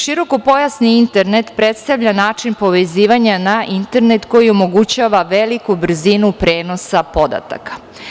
Širokopojasni internet predstavlja način povezivanja na internet koji omogućava veliku brzinu prenosa podataka.